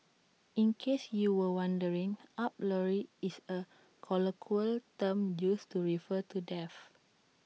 in case you were wondering up lorry is A colloquial term used to refer to death